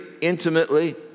intimately